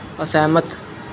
ਅਸਹਿਮਤ